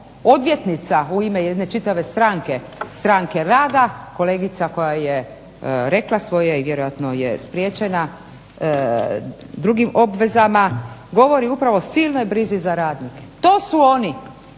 odvjetnica u jedne ime čitave stranke, Stranke rada kolegice koja je rekla svoje i vjerojatno je spriječena drugim obvezama, govori upravo o silnoj brizi za radnike. To su oni